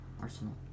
Arsenal